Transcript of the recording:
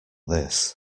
this